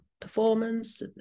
performance